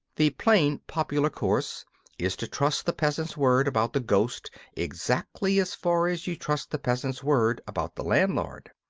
the plain, popular course is to trust the peasant's word about the ghost exactly as far as you trust the peasant's word about the landlord.